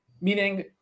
Meaning